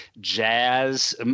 jazz